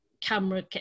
camera